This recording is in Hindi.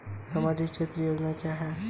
सामाजिक क्षेत्र की योजना क्या है?